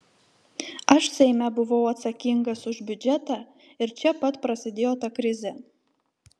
aš seime buvau atsakingas už biudžetą ir čia pat prasidėjo ta krizė